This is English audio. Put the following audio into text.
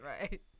Right